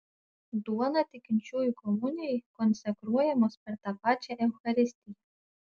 duona tikinčiųjų komunijai konsekruojamos per tą pačią eucharistiją